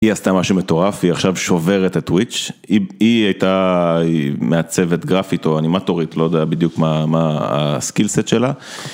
היא עשתה משהו מטורף, היא עכשיו שוברת את טוויץ', היא הייתה מעצבת גרפית או אנימטורית, לא יודע בדיוק מה הסקיל סט שלה.